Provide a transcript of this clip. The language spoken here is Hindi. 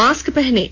मास्क पहनें